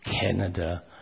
Canada